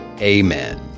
Amen